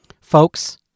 folks